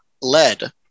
lead